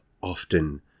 often